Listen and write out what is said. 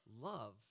Love